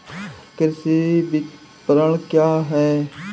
कृषि विपणन क्या है?